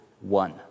one